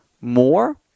more